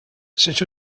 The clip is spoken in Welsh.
sut